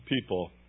people